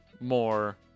more